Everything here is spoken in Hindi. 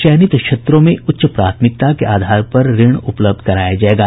चयनित क्षेत्रों में उच्च प्राथमिकता के आधार पर ऋण उपलब्ध कराया जायेगा